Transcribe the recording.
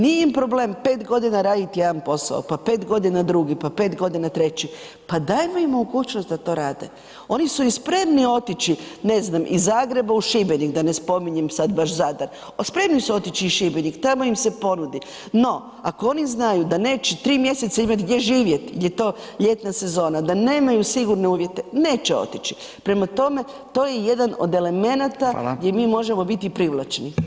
Nije im problem 5 g. raditi jedna posao pa 5 g. drugi pa 5 g. treći, pa dajmo im mogućnost da to rade, oni su i spremni otići ne znam, iz Zagreba u Šibenik, da ne spominjem sad vaš Zadar, spremni su otići u Šibenik, tamo im se ponudi no ako oni znaju da neće 3 mj. imate gdje živjet, gdje je to ljetna sezona, da nemaju sigurne uvjete, neće otići, prema tome, to je jedan od elemenata gdje mi možemo biti privlačni.